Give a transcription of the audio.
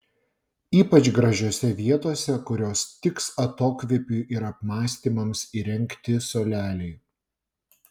ypač gražiose vietose kurios tiks atokvėpiui ir apmąstymams įrengti suoleliai